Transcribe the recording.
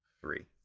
three